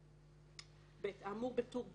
(ב) האמור בטור ב'